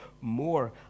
more